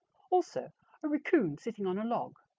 also a raccoon sitting on a log,